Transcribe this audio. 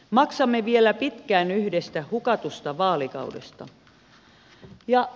maksamme vielä pitkään yhdestä hukatusta vaalikaudesta